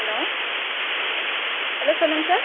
hello hello சொல்லுங்க sir